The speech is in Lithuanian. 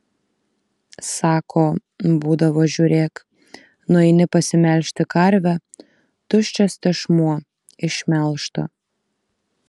sako būdavo žiūrėk nueini pasimelžti karvę tuščias tešmuo išmelžta